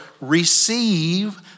receive